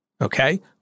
okay